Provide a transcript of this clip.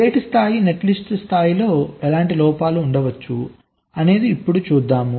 gate స్థాయి netlist స్థాయిలో ఎలాంటి లోపాలు ఉండవచ్చు ఇప్పుడు చూద్దాం